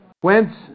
Whence